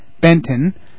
Benton